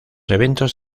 eventos